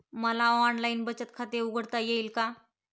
मला ऑनलाइन बचत खाते उघडता येईल का?